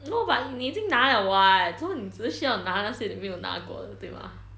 no but 你已经那 liao [what] so 你只是需要拿那些你没有拿过的对吗